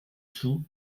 chou